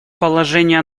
положение